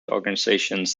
organizations